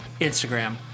Instagram